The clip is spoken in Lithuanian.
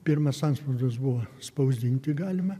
pirmas antspaudas buvo spausdinti galime